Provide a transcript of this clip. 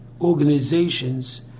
organizations